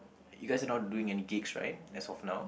you guys are not doing any gigs right as of now